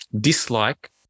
dislike